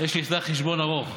יש לי איתך חשבון ארוך.